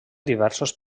diversos